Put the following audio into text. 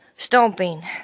Stomping